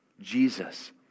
Jesus